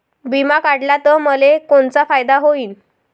बिमा काढला त मले कोनचा फायदा होईन?